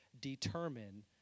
determine